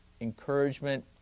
encouragement